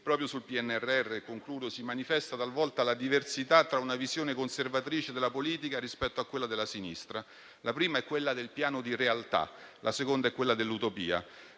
proprio sul PNRR si manifesta talvolta la diversità tra una visione conservatrice della politica e quella della sinistra. La prima è quella del piano di realtà; la seconda è quella dell'utopia.